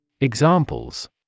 Examples